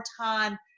time